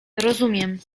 rozumiem